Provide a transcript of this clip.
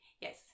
Yes